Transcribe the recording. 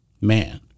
Man